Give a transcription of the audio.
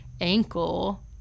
ankle